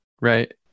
right